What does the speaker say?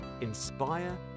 inspire